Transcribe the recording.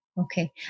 Okay